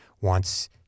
wants